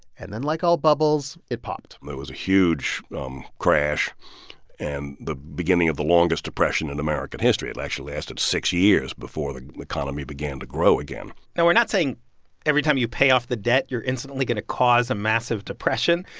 and then like all bubbles, it popped it was a huge um crash and the beginning of the longest depression in american history. it actually lasted six years before the economy began to grow again now, we're not saying every time you pay off the debt, you're instantly going to cause a massive depression.